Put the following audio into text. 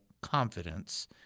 confidence